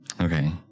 Okay